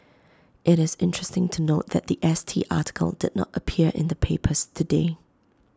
IT is interesting to note that The S T article did not appear in the papers today